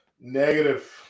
Negative